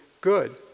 good